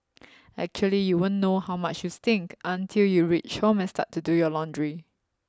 actually you won't know how much you stink until you reach home and start to do your laundry